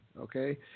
okay